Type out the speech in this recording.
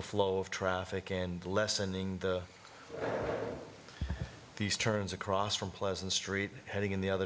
flow of traffic and lessening these turns across from pleasant street heading in the other